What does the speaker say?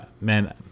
man